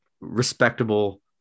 respectable